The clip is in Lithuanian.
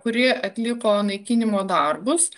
kuri atliko naikinimo darbus